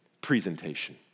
presentation